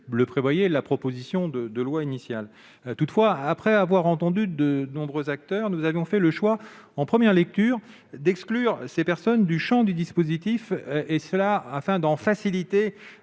le prévoyait la proposition de loi initiale. Toutefois, après avoir entendu de nombreux acteurs, nous avions fait le choix, en première lecture, d'exclure ces personnes du champ du dispositif, afin d'en faciliter